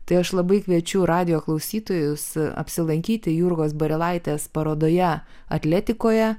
tai aš labai kviečiu radijo klausytojus apsilankyti jurgos barilaitės parodoje atletikoje